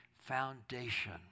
foundation